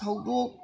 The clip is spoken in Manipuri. ꯊꯧꯗꯣꯛ